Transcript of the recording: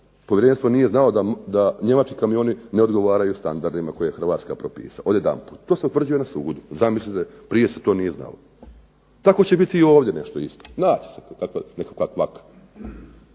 Povjerenstvo nije znalo da Njemački kamioni ne odgovaraju standardima koje je Hrvatska propisala. To se utvrđuje na sudu, zamislite, prije se to nije znalo. Tako će i ovdje biti isto, naći će se nekakva kvaka.